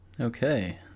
Okay